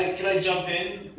can i jump in?